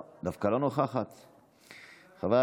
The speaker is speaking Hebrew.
אתם פשוט מפקירים, אבי,